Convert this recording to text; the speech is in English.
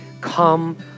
Come